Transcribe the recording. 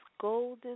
golden